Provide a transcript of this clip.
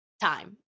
time